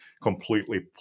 completely